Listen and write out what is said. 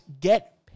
get